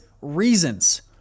reasons